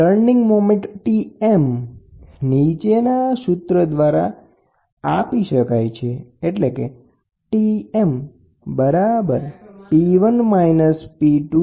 turning moment Tm નીચેના સૂત્ર દ્વારા આપી શકાય છે